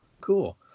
Cool